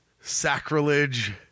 sacrilege